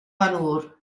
vanur